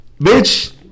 Bitch